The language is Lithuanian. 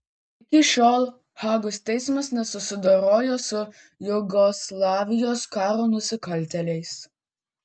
iki šiol hagos teismas nesusidoroja su jugoslavijos karo nusikaltėliais